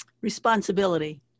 Responsibility